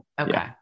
Okay